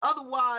Otherwise